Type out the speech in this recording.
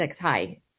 Hi